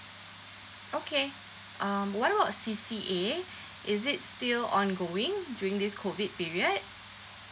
okay um what about C_C_A is it still ongoing during this COVID period